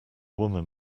woman